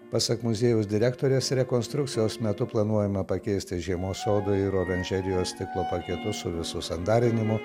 pasak muziejaus direktorės rekonstrukcijos metu planuojama pakeisti žiemos sodo ir oranžerijos stiklo paketus su visu sandarinimu